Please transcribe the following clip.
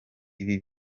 ibi